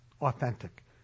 authentic